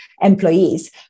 employees